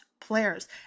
Players